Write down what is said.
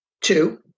two